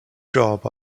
job